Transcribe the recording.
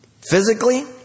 Physically